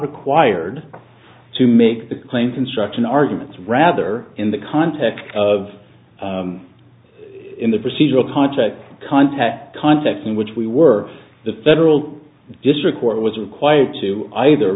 required to make the claim construction arguments rather in the context of in the procedural ptacek context context in which we were the federal district court was required to either